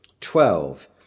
Twelve